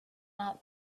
not